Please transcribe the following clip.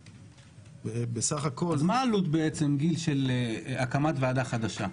אז מה העלות של הקמת ועדה חדשה,